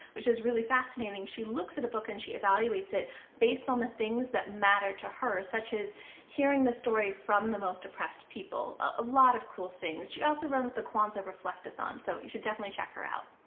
which is really fascinating. she looks at a book and she evaluates it based on the things that matter to her, such as hearing the story from the most oppressed people. a lot of cool things. she also runs the kwanzaa reflect-a-thon, so you should definitely check her out.